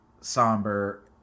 somber